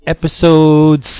Episode